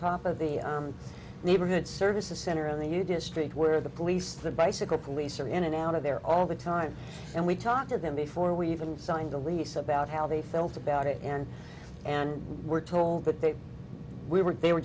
top of the neighborhood services center in the u district where the police the bicycle police are in and out of there all the time and we talked to them before we even signed a lease about how they felt about it and and were told that they we were they were